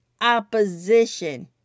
opposition